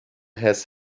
has